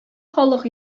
халык